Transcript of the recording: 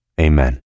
Amen